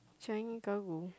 Changi cargo